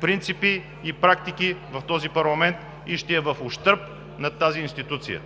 принципи и практики в този парламент, ще е в ущърб на тази институция